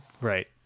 right